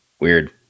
Weird